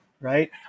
right